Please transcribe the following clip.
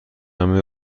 همه